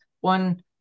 one